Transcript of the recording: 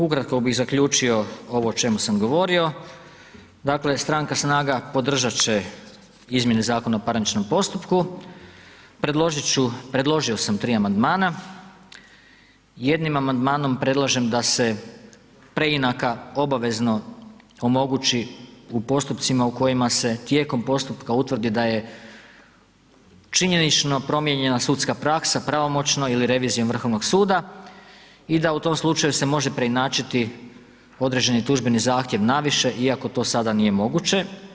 Ukratko bih zaključio ovo o čemu sam govorio, dakle stranka SNAGA podržat će izmjene Zakona o parničnom postupku, predložio sam 3 amandmana, jednim amandmanom predlažem da se preinaka obavezno omogući u postupcima u kojima se tijekom postupka utvrdi da je činjenično promijenjena sudska praksa pravomoćno ili revizijom Vrhovnog suda i da u tom slučaju se može preinačiti određeni tužbeni zahtjev na više iako to sada nije moguće.